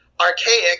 archaic